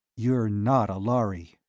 you're not a lhari!